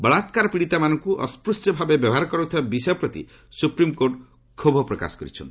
ବଳାତ୍କାର ପୀଡ଼ିତାମାନଙ୍କୁ ଅସ୍କୃଶ୍ୟଭାବେ ବ୍ୟବହାର କରାଯାଉଥିବା ବିଷୟ ପ୍ରତି ସୁପ୍ରିମକୋର୍ଟ କ୍ଷୋଭ ପ୍ରକାଶ କରିଛନ୍ତି